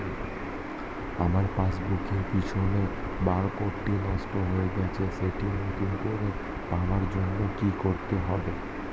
আমার পাসবুক এর পিছনে বারকোডটি নষ্ট হয়ে গেছে সেটি নতুন করে পাওয়ার জন্য কি করতে হবে?